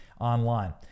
online